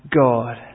God